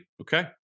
okay